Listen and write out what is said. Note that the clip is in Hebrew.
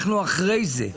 אנחנו אחרי זה.